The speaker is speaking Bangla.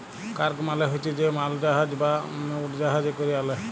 কার্গ মালে হছে যে মালজাহাজ বা উড়জাহাজে ক্যরে আলে